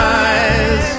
eyes